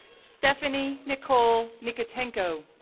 stephanie nicole nikitenko,